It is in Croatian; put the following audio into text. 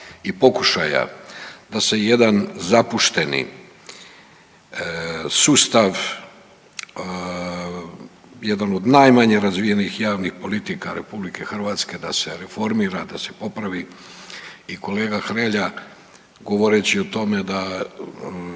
i pokušaja da se jedan zapušteni sustav, jedan od najmanje razvijenih javnih politika RH da se reformira, da se popravi i kolega Hrelja govoreći o tome da